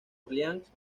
orleans